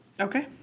Okay